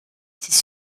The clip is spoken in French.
ses